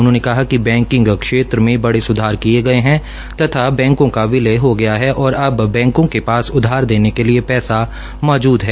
उन्होंने कहा कि बैकिंग क्षेत्र बड़े सुधार किये गये है तथा बैंकों का विलय हो गया है और अब बैंकों के पास उधार देने के लिए पैसा मौजूद है